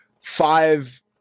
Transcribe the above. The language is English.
five